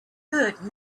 heard